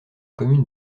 commune